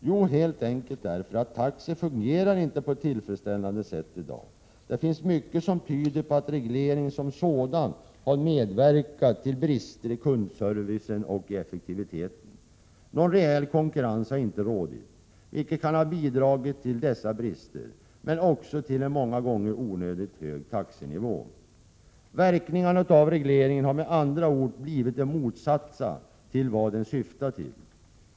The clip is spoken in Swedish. Jo, helt enkelt därför att taxi inte fungerar på ett tillfredsställande sätt i dag. Det finns mycket som tyder på att regleringen som sådan har medverkat till brister i kundservicen och i effektiviteten. Någon reell konkurrens har inte rått, vilket kan ha bidragit till dessa brister. De kan ha bidragit till en många gånger onödigt hög taxenivå. Verkningarna av regleringen har med andra ord blivit de motsatta till vad den syftar till.